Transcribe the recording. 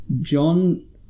John